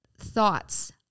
thoughts